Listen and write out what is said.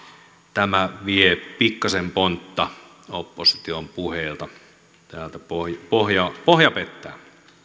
tämä vie pikkaisen pontta opposition puheilta täältä pohja pettää